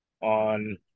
on